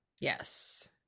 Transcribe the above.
Yes